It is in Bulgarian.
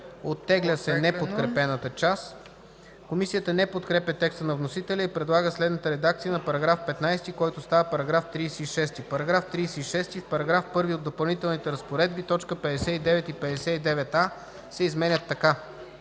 Оттегля се неподкрепената част. Комисията не подкрепя текста на вносителя и предлага следната редакция на § 15, който става § 36: „§ 36. В § 1 от Допълнителните разпоредби т. 59 и 59а се изменят така: